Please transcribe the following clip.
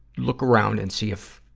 look around and see if,